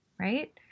right